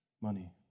money